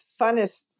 funnest